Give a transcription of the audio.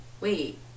wait